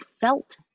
felt